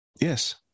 Yes